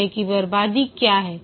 समय की बर्बादी क्या हैं